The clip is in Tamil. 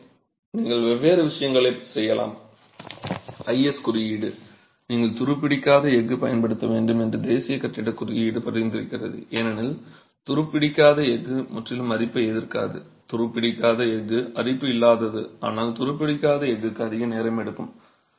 எனவே நீங்கள் வெவ்வேறு விஷயங்களைச் செய்யலாம் IS குறியீடு நீங்கள் துருப்பிடிக்காத எஃகு பயன்படுத்த வேண்டும் என்று தேசிய கட்டிடக் குறியீடு பரிந்துரைக்கிறது ஏனெனில் துருப்பிடிக்காத எஃகு முற்றிலும் அரிப்பை எதிர்க்காது துருப்பிடிக்காத எஃகு அரிப்பு இல்லாதது ஆனால் துருப்பிடிக்காத எஃகுக்கு துருப்பிடிக்க அதிக நேரம் எடுக்கும்